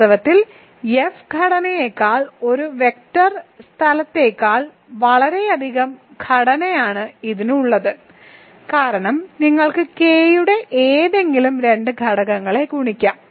വാസ്തവത്തിൽ F ഘടനയെക്കാൾ ഒരു വെക്റ്റർ സ്ഥലത്തേക്കാൾ വളരെയധികം ഘടനയാണ് ഇതിന് ഉള്ളത് കാരണം നിങ്ങൾക്ക് K യുടെ ഏതെങ്കിലും രണ്ട് ഘടകങ്ങളെ ഗുണിക്കാം